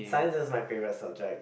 science is my favourite subject